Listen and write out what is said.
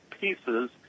pieces